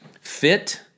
fit